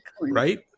Right